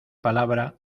palabra